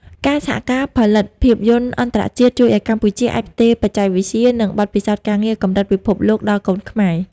ការសហការផលិតភាពយន្តអន្តរជាតិជួយឱ្យកម្ពុជាអាចផ្ទេរបច្ចេកវិទ្យា និងបទពិសោធន៍ការងារកម្រិតពិភពលោកដល់កូនខ្មែរ។